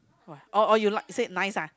!wah! oh oh you like you said nice ah